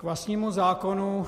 K vlastnímu zákonu.